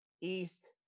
East